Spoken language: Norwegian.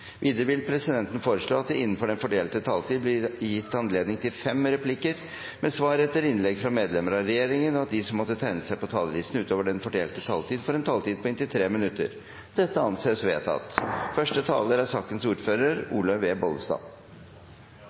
Videre vil presidenten foreslå at det blir gitt anledning til fem replikker med svar etter innlegg fra medlemmer av regjeringen innenfor den fordelte taletid, og at de som måtte tegne seg på talerlisten utover den fordelte taletid, får en taletid på inntil 3 minutter. – Det anses vedtatt.